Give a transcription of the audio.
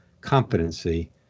competency